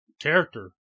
character